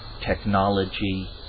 technology